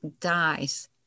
dies